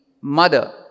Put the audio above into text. mother